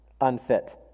unfit